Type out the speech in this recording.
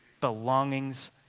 belongings